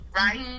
right